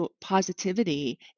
positivity